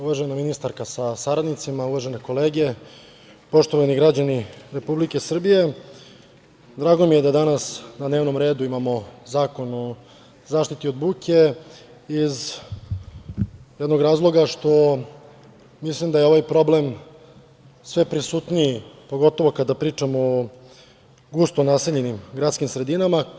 Uvažena ministarka sa saradnicima, uvažene kolege, poštovani građani Republike Srbije, drago mi je da danas na dnevnom redu imamo Zakon o zaštiti od buke, iz jednog razloga što mislim da je ovaj problem sve prisutniji, pogotovo kada pričamo o gusto naseljenim gradskim sredinama.